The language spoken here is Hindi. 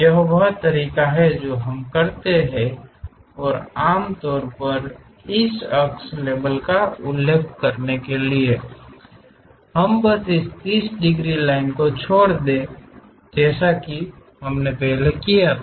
यह वह तरीका है जो हम करते हैं और आम तौर पर इस अक्ष लेबल का उल्लेख करने के लिए हम बस इस 30 डिग्री लाइनों को छोड़ रहे हैं जैसा कि यह है